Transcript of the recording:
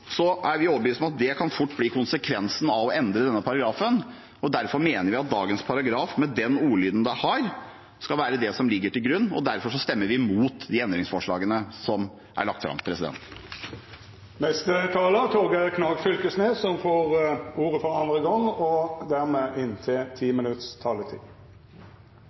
er vi overbevist om at det fort kan bli konsekvensen av å endre denne paragrafen. Derfor mener vi at dagens paragraf, med den ordlyden den har i dag, skal være det som ligger til grunn, og derfor stemmer vi imot de endringsforslagene som er lagt fram. Denne saka handlar utelukkande om å treffe gjeldande rett internasjonalt, altså at vi har formuleringar her som